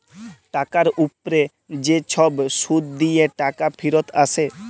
টাকার উপ্রে যে ছব সুদ দিঁয়ে টাকা ফিরত আসে